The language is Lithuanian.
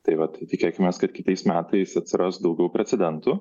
tai va tai tikėkimės kad kitais metais atsiras daugiau precedentų